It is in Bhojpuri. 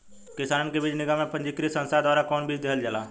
किसानन के बीज निगम या पंजीकृत संस्था द्वारा कवन बीज देहल जाला?